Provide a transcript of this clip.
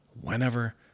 whenever